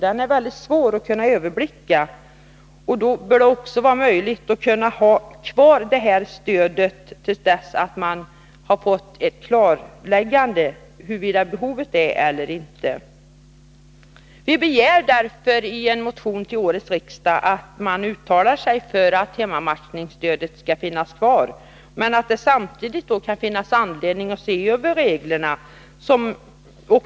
Det skulle därför vara möjligt att ha kvar stödet tills man har fått ett klarläggande av huruvida det finns behov av ett sådant eller inte. Vi begär därför i en motion till årets riksmöte att riksdagen uttalar att systemet med hemmamatchning skall finnas kvar. Det finns samtidigt anledning att se över dessa regler.